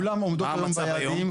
מה המצב היום?